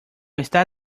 está